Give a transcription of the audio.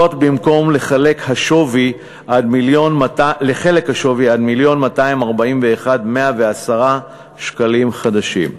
זאת במקום לחלק השווי עד מיליון ו-241,110 שקלים חדשים.